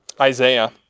Isaiah